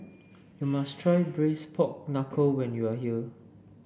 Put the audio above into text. you must try Braised Pork Knuckle when you are here